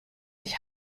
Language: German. sich